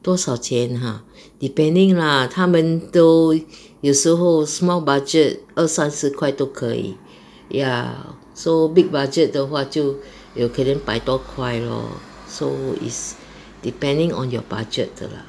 多少钱 !huh! depending lah 他们有时候 small budget 二三十块都可以 ya so big budget 的话就有可能百多块 lor so is depending on your budget 的 lah